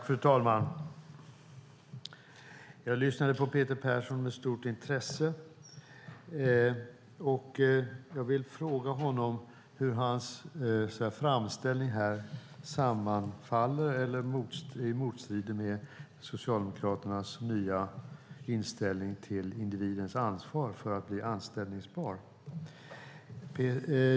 Fru talman! Jag lyssnade på Peter Persson med stort intresse, och jag vill fråga honom hur hans framställning här sammanfaller med eller strider mot Socialdemokraternas nya inställning till individens ansvar för att bli anställbar.